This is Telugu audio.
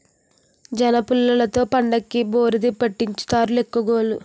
జనపుల్లలతో పండక్కి భోధీరిముట్టించుతారు తెలుగోళ్లు